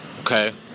Okay